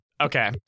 Okay